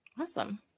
Awesome